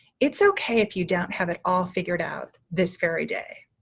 it's okay if you don't have it all figured out this very day.